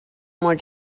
more